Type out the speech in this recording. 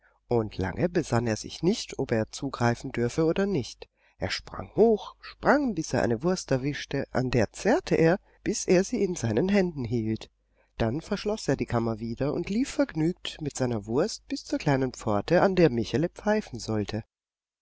und lange besann er sich nicht ob er zugreifen dürfe oder nicht er sprang hoch sprang bis er eine wurst erwischte an der zerrte er bis er sie in seinen händen hielt dann verschloß er die kammer wieder und lief vergnügt mit seiner wurst bis zur kleinen pforte an der michele pfeifen sollte